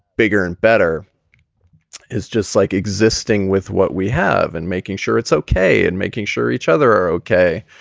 bigger and better is just like existing with what we have and making sure it's ok and making sure each other are ok.